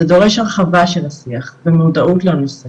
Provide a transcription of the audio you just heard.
זה דורש הרחבה של השיח ומודעות לנושא